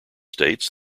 states